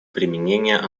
применения